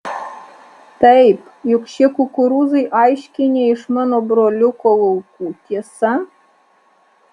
taip juk šie kukurūzai aiškiai ne iš mano broliuko laukų tiesa